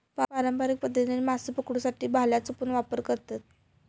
पारंपारिक पध्दतीन माशे पकडुसाठी भाल्याचो पण वापर करतत